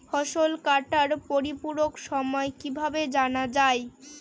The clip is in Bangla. ফসল কাটার পরিপূরক সময় কিভাবে জানা যায়?